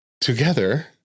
together